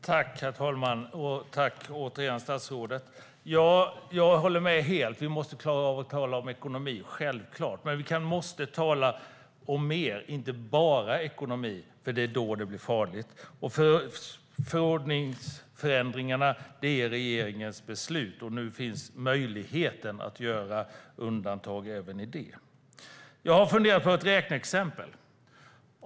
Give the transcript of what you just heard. Herr talman! Tack, återigen, statsrådet! Jag håller med helt: Vi måste självklart klara av att tala om ekonomi. Men vi måste tala om mer, inte bara om ekonomi, för det är då det blir farligt. Förordningsändringarna är regeringens beslut, och nu finns möjligheten att göra undantag även i det. Jag har funderat på ett räkneexempel.